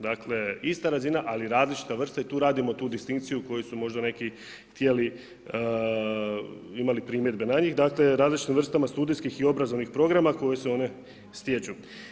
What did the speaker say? Dakle ista razina, ali različita vrsta i tu radimo tu distinkciju koju su možda neki htjeli imali primjedbe na njih, dakle različitim vrstama studijskih i obrazovnih programa koje se one stječu.